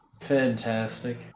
fantastic